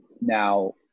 Now